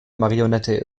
marionette